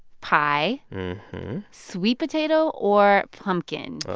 pie sweet potato or pumpkin?